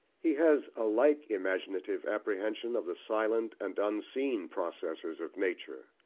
he has a like imaginative apprehension of the silent and unseen processes of nature,